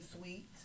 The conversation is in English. sweet